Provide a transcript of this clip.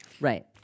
Right